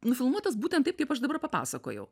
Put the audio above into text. nufilmuotas būtent taip kaip aš dabar papasakojau